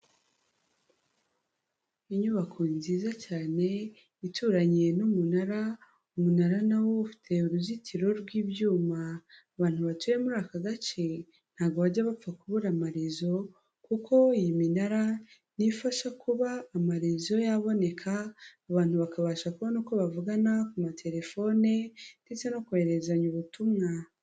Inyubako nziza cyane ituranye n'umunara, umunara nawo ufite uruzitiro rw'ibyuma, abantu batuye muri aka gace ntago bajya bapfa kubura amarizo, kuko iyi minara ni ifasha kuba amariziyo yaboneka, abantu bakabasha kubona uko bavugana ku matelefone ndetse no kohererezanya ubutumwa.